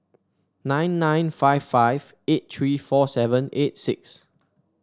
nine nine five five eight three four seven eight six